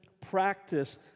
practice